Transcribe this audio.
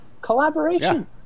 Collaboration